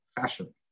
fashion